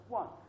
one